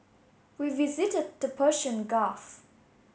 we visited the Persian Gulf